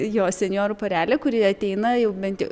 jo senjorų porelė kuri ateina jau bent jau